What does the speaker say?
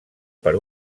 per